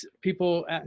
people